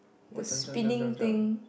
what jump jump jump jump jump